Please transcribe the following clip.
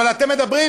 אבל אתם מדברים?